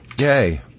Yay